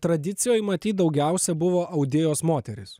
tradicijoj matyt daugiausiai buvo audėjos moterys